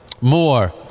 More